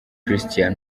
christian